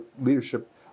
leadership